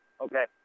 Okay